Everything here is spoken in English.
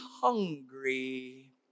hungry